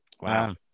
Wow